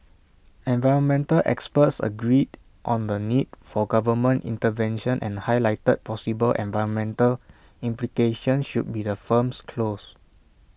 environmental experts agreed on the need for government intervention and highlighted possible environmental implications should the firms close